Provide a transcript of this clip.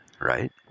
right